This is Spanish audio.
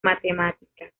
matemáticas